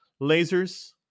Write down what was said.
Lasers